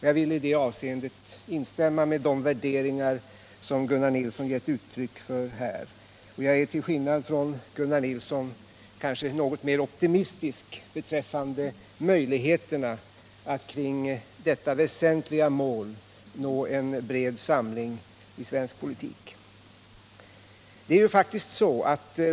Jag vill i det avseendet instämma i de värderingar Gunnar Nilsson här givit uttryck för. Jag är kanske något mer optimistisk än han beträffande möjligheterna att nå en bred samling i svensk politik kring detta väsentliga mål.